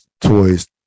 toys